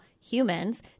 humans